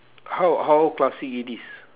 how how classic it is